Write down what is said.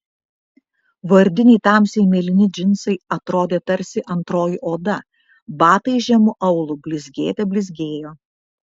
vardiniai tamsiai mėlyni džinsai atrodė tarsi antroji oda batai žemu aulu blizgėte blizgėjo